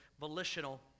volitional